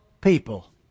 people